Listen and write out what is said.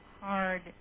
hard